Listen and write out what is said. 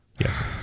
Yes